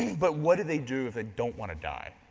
but what do they do if they don't wanna die?